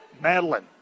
Madeline